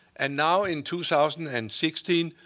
and now in two thousand and sixteen,